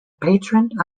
patron